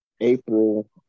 April